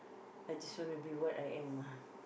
I just want to be what I am ah